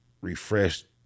refreshed